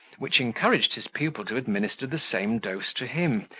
which encouraged his pupil to administer the same dose to him,